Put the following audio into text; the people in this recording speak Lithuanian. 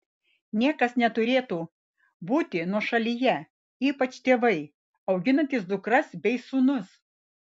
niekas neturėtų būti nuošalyje ypač tėvai auginantys dukras bei sūnus